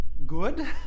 good